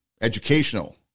educational